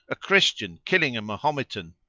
a christian killing a mahometan!